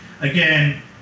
again